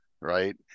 right